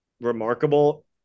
remarkable